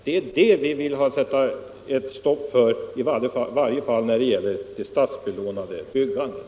Det är detta som vi vill sätta stopp för, i varje fall när det gäller det statsbelånade byggandet.